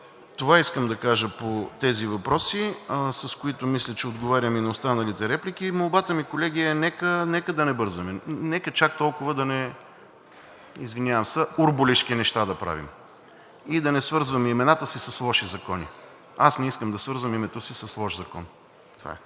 Това искам да кажа по тези въпроси, с които мисля, че отговарям и на останалите реплики. Молбата ми, колеги, е нека да не бързаме. Нека чак толкова да не, извинявам се, урбулешки неща да правим и да не свързваме имената си с лоши закони. Аз не искам да свързвам името си с лош закон. Това е.